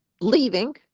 leaving